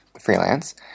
freelance